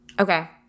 Okay